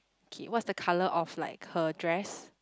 okay what's the colour of like her dress